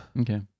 Okay